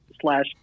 slash